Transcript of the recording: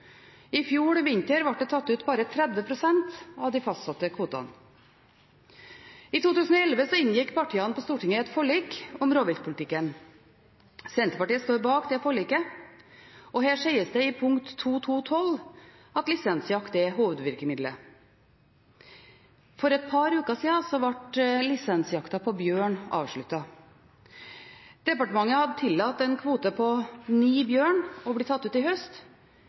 I fjor vinter ble det tatt ut bare 30 pst. av de fastsatte kvotene. I 2011 inngikk partiene på Stortinget et forlik om rovviltpolitikken. Senterpartiet står bak dette forliket. Her sies det i punkt 2.2.12 at lisensjakt «skal være hovedvirkemiddelet». For et par uker siden ble lisensjakta på bjørn avsluttet. Departementet hadde tillatt å ta ut en kvote på ni